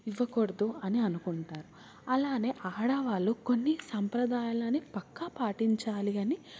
ఇవ్వకూడదు అని అనుకుంటారు అలానే ఆడవాళ్ళు కొన్ని సాంప్రదాయాలని పక్కా పాటించాలి అని